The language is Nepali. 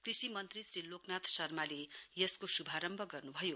कृषि मन्त्री श्री लोकनाथ शर्माले यसको शुभारम्भ गर्नुभयो